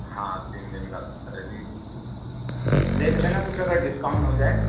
ہاں تین دن کا سفر ہے جی جی جی دیکھ لینا کچھ اگر ڈسکاؤنٹ ہو جائے